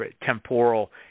Temporal